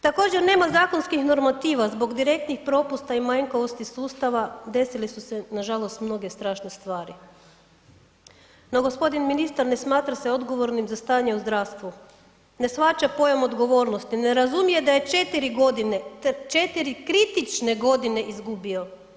Također, nema zakonskih normativa zbog direktnih propusta i manjkavosti sustava desile su se nažalost mnoge strašne stvari, no g. ministar ne smatra se odgovornim za stanje u zdravstvu, ne shvaća pojam odgovornosti, ne razumije da je 4 godine, 4 kritične godine izgubio.